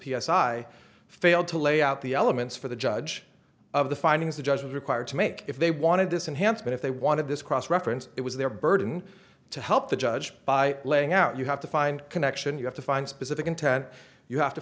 i failed to lay out the elements for the judge of the findings the judge was required to make if they wanted this enhanced but if they wanted this cross reference it was their burden to help the judge by laying out you have to find connection you have to find specific intent you have to